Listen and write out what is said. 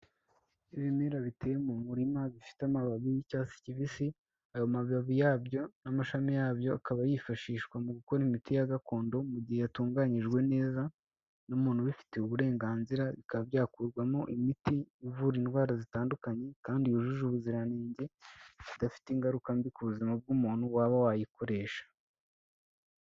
Ibimera biteye mu murima bifite amababi y'icyatsi kibisi ayo mababi yabyo n'amashami yabyo akaba yifashishwa mu gukora imiti ya gakondo mu gihe atunganyijwe neza n'umuntu ubifitiye uburenganzira bikaba byakurwamo imiti ivura indwara zitandukanye kandi yujuje ubuziranenge, idafite ingaruka mbi ku buzima bw'umuntu waba wayikoresha